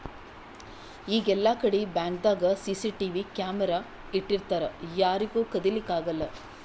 ಈಗ್ ಎಲ್ಲಾಕಡಿ ಬ್ಯಾಂಕ್ದಾಗ್ ಸಿಸಿಟಿವಿ ಕ್ಯಾಮರಾ ಇಟ್ಟಿರ್ತರ್ ಯಾರಿಗೂ ಕದಿಲಿಕ್ಕ್ ಆಗಲ್ಲ